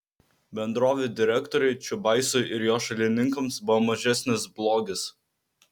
bendrovių direktoriai čiubaisui ir jo šalininkams buvo mažesnis blogis